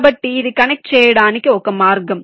కాబట్టి ఇది కనెక్ట్ చేయడానికి ఒక మార్గం